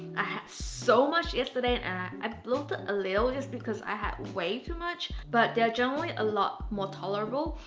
i had so much yesterday and i bloated a little just because i had way too much, but they're generally a lot more tolerable.